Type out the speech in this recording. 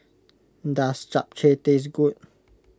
does Japchae taste good